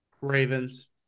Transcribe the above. Ravens